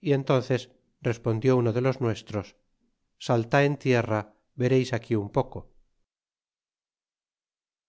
y entónces resporidió uno de los nuestros salt en tierra vereis aquí un poco